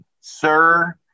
Sir